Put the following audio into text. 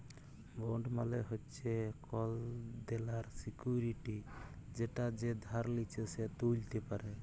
bond মালে হচ্যে কল দেলার সিকুইরিটি যেটা যে ধার লিচ্ছে সে ত্যুলতে পারে